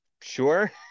Sure